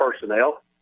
personnel